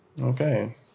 Okay